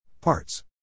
Parts